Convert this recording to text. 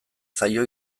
zaio